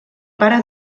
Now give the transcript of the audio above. pare